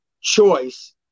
choice